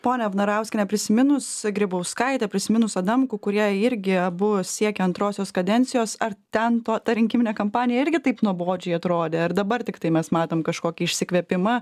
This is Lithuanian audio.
ponia vnarauskiene prisiminus grybauskaitę prisiminus adamkų kurie irgi abu siekė antrosios kadencijos ar ten to ta rinkiminė kampanija irgi taip nuobodžiai atrodė ar dabar tiktai mes matom kažkokį išsikvėpimą